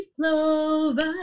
clover